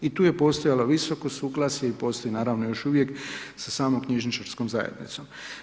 I tu je postojalo visoko suglasje i postoji naravno još uvijek sa samom knjižničarskom zajednicom.